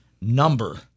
number